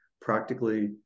Practically